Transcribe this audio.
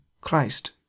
Christ